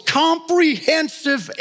comprehensive